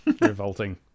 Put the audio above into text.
Revolting